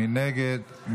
מי נגד?